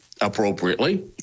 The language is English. appropriately